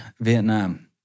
Vietnam